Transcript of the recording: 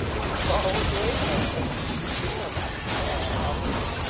તો તો આવવું જોઈએ ને શું કામ હા આવવું જોઈએ ને ના બસ